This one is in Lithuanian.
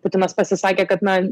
putinas pasisakė kad na